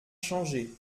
changée